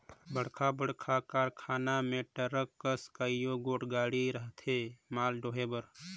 बड़खा बड़खा कारखाना मन में टरक कस कइयो गोट गाड़ी रहथें माल डोहे बर